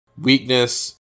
weakness